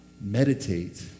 meditate